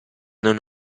non